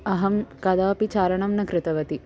अहं कदापि चारणं न कृतवती